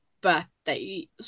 birthday